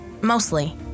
mostly